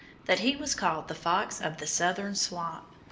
that he was called the fox of the southern swamp.